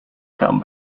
come